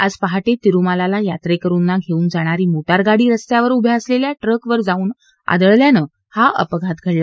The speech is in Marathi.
आज पहाटे तिरुमलाला यात्रेकरुंना घेऊन जाणारी मोटारगाडी रस्त्यावर उभ्या असलेल्या ट्रकवर जाऊन आदळल्यानं हा अपघात घडला